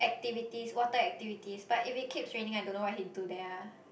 activities water activities but if it keeps raining I don't know what he do there ah